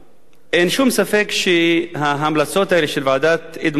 אין שום ספק שההמלצות האלה, של ועדת אדמונד לוי,